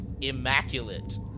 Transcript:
immaculate